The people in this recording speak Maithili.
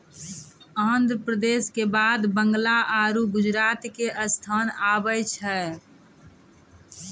आन्ध्र प्रदेश के बाद बंगाल आरु गुजरात के स्थान आबै छै